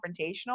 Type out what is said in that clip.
confrontational